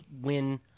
win